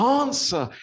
answer